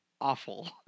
awful